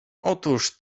otóż